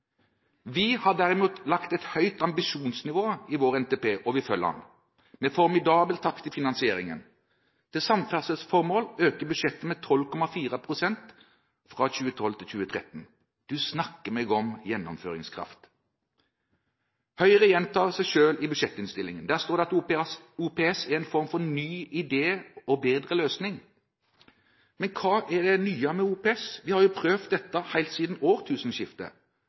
Vi har derimot lagt et høyt ambisjonsnivå i vår NTP – og vi følger den, med formidabel takt i finansieringen. Til samferdselsformål øker budsjettet med 12,4 pst. fra 2012 til 2013. Du snakker om gjennomføringskraft! Høyre gjentar seg selv i budsjettinnstillingen. Der står det at OPS er en form for ny idé og bedre løsning. Men hva er det nye med OPS? Vi har jo prøvd dette helt siden årtusenskiftet.